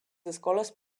escoles